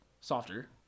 softer